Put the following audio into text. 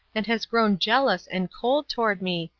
and has grown jealous and cold toward me,